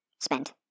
spent